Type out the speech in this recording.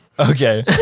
Okay